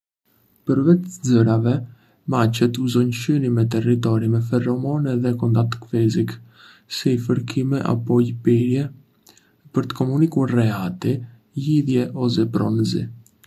Përveç zërave, macet uzonj shënime territori me feromone dhe kontakt fizik, si fërkime apo lëpirje, për të komunikuar rehati, lidhje ose pronësi.